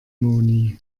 moni